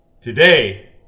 Today